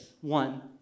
One